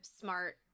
smart